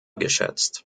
geschätzt